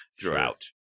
throughout